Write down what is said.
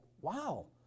Wow